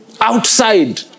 outside